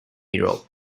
europe